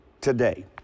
today